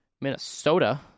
Minnesota